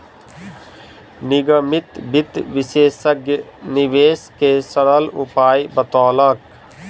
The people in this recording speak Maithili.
निगमित वित्त विशेषज्ञ निवेश के सरल उपाय बतौलक